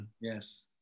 Yes